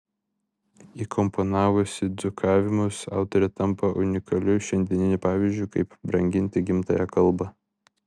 įkomponavusi dzūkavimus autorė tampa unikaliu šiandieniniu pavyzdžiu kaip branginti gimtąją kalbą